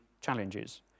challenges